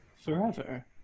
forever